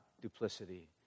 duplicity